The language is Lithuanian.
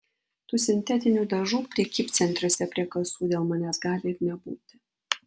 tų sintetinių dažų prekybcentriuose prie kasų dėl manęs gali ir nebūti